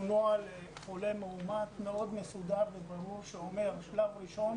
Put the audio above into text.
זה נוהל מאוד מסודר וברור שאומר ששלב ראשון,